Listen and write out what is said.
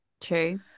True